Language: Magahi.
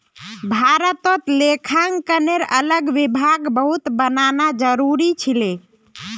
भारतत लेखांकनेर अलग विभाग बहुत बनाना जरूरी छिले